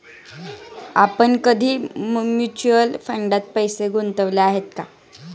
आपण कधी म्युच्युअल फंडात पैसे गुंतवले आहेत का?